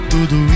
Tudo